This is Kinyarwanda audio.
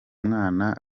mwana